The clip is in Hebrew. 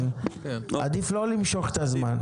עדיף לא למשוך את הזמן.